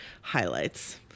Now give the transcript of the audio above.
highlights